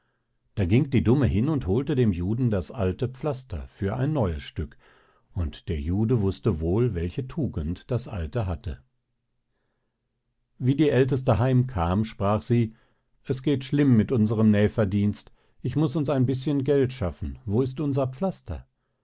da ging die dumme hin und holte dem juden das alte pflaster für ein neues stück und der jude wußte wohl welche tugend das alte hatte wie die älteste heim kam sprach sie es geht schlimm mit unserm nähverdienst ich muß uns ein bischen geld schaffen wo ist unser pflaster